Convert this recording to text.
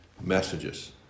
messages